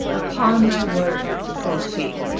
upon my word, says she,